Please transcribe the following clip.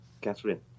Catherine